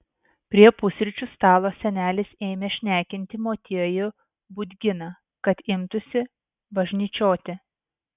prie pusryčių stalo senelis ėmė šnekinti motiejų budginą kad imtųsi važnyčioti